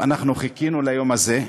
אנחנו חיכינו ליום הזה.